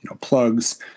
plugs